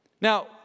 Now